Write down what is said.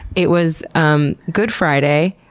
it was um good friday,